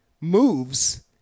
moves